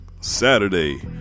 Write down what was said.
saturday